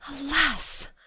Alas